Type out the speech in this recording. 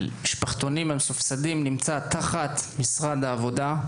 משפחתונים המסובסדים נמצא תחת משרד העבודה,